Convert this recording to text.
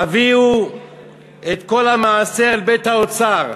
"הביאו את כל המעשר אל בית האוצר"